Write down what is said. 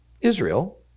Israel